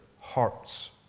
hearts